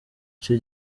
icyo